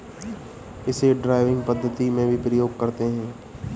इसे ड्राइविंग पद्धति में भी प्रयोग करते हैं